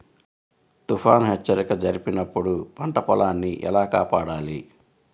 తుఫాను హెచ్చరిక జరిపినప్పుడు పంట పొలాన్ని ఎలా కాపాడాలి?